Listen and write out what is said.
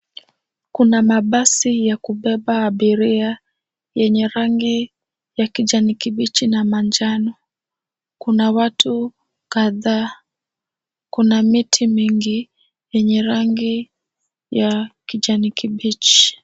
Kuna mabasi ya kubeba abiria yenye rangi ya kijani kibichi na manjano. Kuna watu kadhaa, kuna miti mingi yenye rangi ya kijani kibichi.